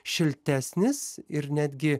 šiltesnis ir netgi